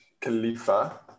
Khalifa